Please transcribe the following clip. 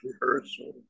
rehearsal